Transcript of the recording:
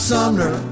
Sumner